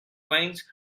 wings